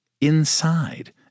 inside